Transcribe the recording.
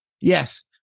Yes